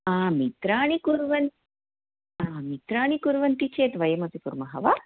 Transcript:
आ मित्राणि कुर्वन् ह मित्राणि कुर्वन्ति चेत् वयमपि कुर्मः वा